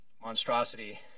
monstrosity